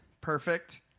Perfect